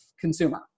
consumer